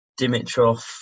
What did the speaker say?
Dimitrov